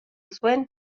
zuen